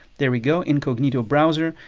there we go, incognito browser.